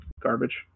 garbage